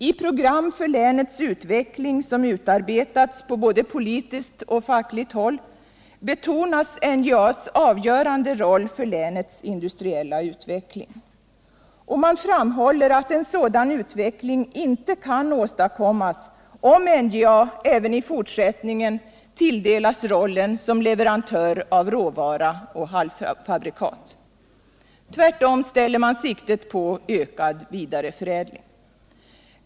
I program för länets utveckling som utarbetats på både politiskt och fackligt håll betonas NJA:s avgörande roll för länets industriella utveckling. Och man framhåller att en sådan utveckling inte kan åstadkommas om NJA även i fortsättningen tilldelas rollen som leverantör av råvara och halvfabrikat. Tvärtom ställer man in siktet på ökad vidareförädling.